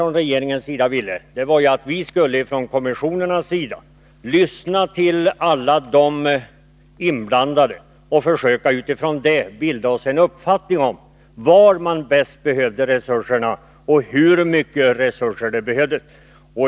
Vad regeringen önskade var att vi från kommissionens sida skulle lyssna på alla de inblandade och försöka utifrån dessa kontakter bilda oss en uppfattning om var resurserna bäst behövs och hur stora resurser som krävs.